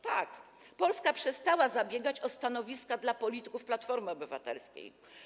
Tak, Polska przestała zabiegać o stanowiska dla polityków Platformy Obywatelskiej.